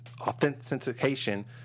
authentication